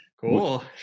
Cool